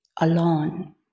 alone